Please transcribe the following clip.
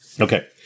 Okay